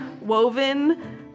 woven